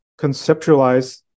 conceptualize